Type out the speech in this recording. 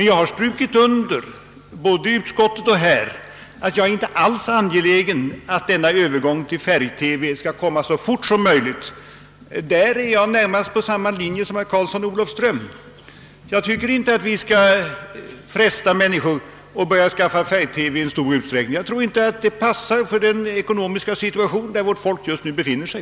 Jag har emellertid både i utskottet och här understrukit, att jag inte alls är angelägen om att övergången till färg TV skall komma så fort som möjligt. Där står jag närmast på samma linje som herr Karlsson i Olofström. Det passar inte i den ekonomiska situation, där vi just nu befinner oss, att fresta människor att skaffa färg-TV-apparater i stor utsträckning.